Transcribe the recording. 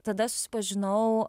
tada susipažinau